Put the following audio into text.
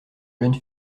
jeune